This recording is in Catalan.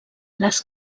les